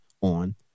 on